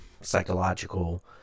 psychological